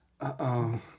uh-oh